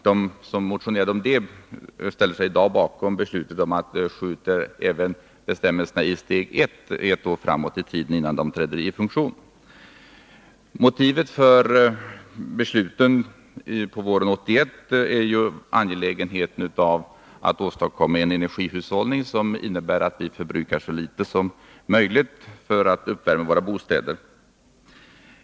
De som motionerade om detta ställer sig i dag bakom förslaget att skjuta även bestämmelserna i steg 1 ett år framåt i tiden. Motivet för beslutet på våren 1981 var angelägenheten av att åstadkomma en energihushållning som skulle innebära att vi förbrukar så litet som möjligt för att uppvärma våra bostäder.